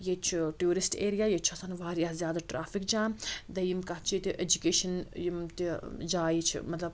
ییٚتہِ چھُ tourist area ییٚتہِ چھِ آسَن واریاہ زیادٕ ٹرٛیفِک جام دوٚیِم کَتھ چھِ ییٚتہِ ایجوکیشَن یِم تہِ جایہِ چھِ مطلب